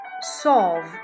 solve